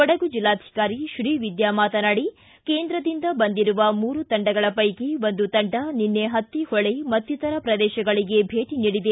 ಕೊಡಗು ಜಿಲ್ಲಾಧಿಕಾರಿ ಶ್ರೀವಿದ್ಯಾ ಮಾತನಾಡಿ ಕೇಂದ್ರದಿಂದ ಬಂದಿರುವ ಮೂರು ತಂಡಗಳ ಪೈಕಿ ಒಂದು ತಂಡ ನಿನ್ನೆ ಪತ್ತಿಹೊಳೆ ಮತ್ತಿತರ ಪ್ರದೇಶಗಳಗೆ ಭೇಟ ನೀಡಿದೆ